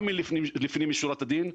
גם לפנים משורת הדין,